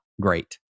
Great